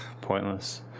pointless